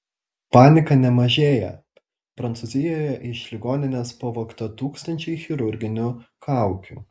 panika nemažėją prancūzijoje iš ligoninės pavogta tūkstančiai chirurginių kaukių